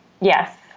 Yes